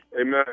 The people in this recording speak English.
Amen